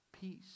peace